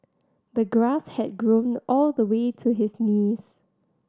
the grass had grown all the way to his knees